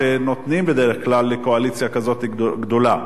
שנותנים בדרך כלל בקואליציה כזו גדולה.